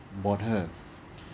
bought her